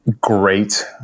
great